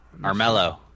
Armello